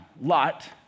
Lot